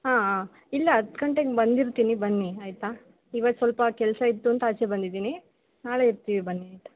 ಹಾಂ ಹಾಂ ಇಲ್ಲ ಹತ್ತು ಗಂಟೆಗೆ ಬಂದಿರ್ತೀನಿ ಬನ್ನಿ ಆಯಿತಾ ಇವತ್ತು ಸ್ವಲ್ಪ ಕೆಲಸ ಇತ್ತು ಅಂತ ಆಚೆ ಬಂದಿದ್ದೀನಿ ನಾಳೆ ಇರ್ತೀವಿ ಬನ್ನಿ ಆಯಿತಾ